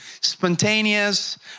spontaneous